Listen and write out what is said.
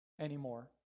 anymore